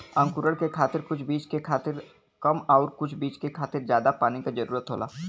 अंकुरण के खातिर कुछ बीज के खातिर कम आउर कुछ बीज के खातिर जादा पानी क जरूरत होला